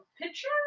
picture